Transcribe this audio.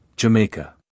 Jamaica